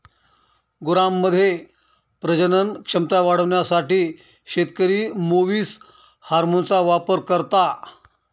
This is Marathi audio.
गुरांमध्ये प्रजनन क्षमता वाढवण्यासाठी शेतकरी मुवीस हार्मोनचा वापर करता